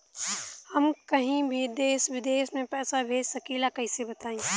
हम कहीं भी देश विदेश में पैसा भेज सकीला कईसे बताई?